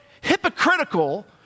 hypocritical